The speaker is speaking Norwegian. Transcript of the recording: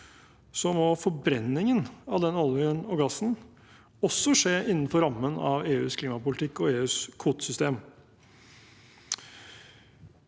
EU, må forbrenningen av den oljen og gassen også skje innenfor rammen av EUs klimapolitikk og EUs kvotesystem.